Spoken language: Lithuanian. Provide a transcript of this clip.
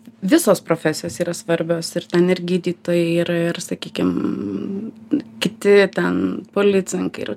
visos profesijos yra svarbios ir ten ir gydytojai ir ir sakykim kiti ten policininkai ir